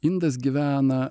indas gyvena